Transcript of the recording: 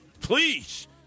please